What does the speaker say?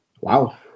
wow